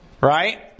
Right